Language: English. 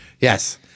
Yes